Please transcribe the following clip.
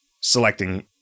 selecting